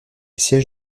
siège